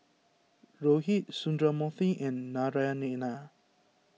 Rohit Sundramoorthy and Naraina